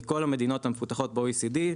מכל המדינות המפותחות ב-OECD,